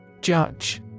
Judge